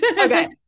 Okay